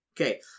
Okay